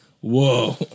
whoa